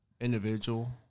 individual